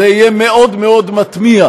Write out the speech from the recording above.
זה יהיה מאוד מאוד מתמיה.